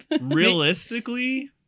Realistically